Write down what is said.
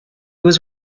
was